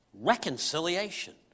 reconciliation